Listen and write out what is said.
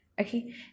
Okay